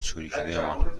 چروکیدهمان